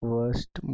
Worst